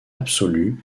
absolue